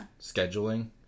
scheduling